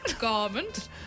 Garment